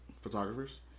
photographers